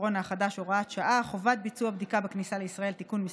הקורונה החדש (הוראת שעה) (חובת ביצוע בדיקה בכניסה לישראל) (תיקון מס'